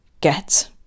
get